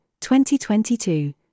2022